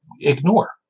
ignore